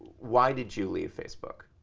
why did you leave facebook?